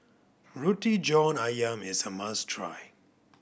Roti John Ayam is a must try